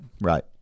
Right